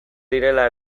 direla